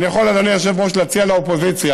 ואני יכול, אדוני היושב-ראש, להציע לאופוזיציה,